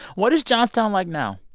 what is johnstown like now?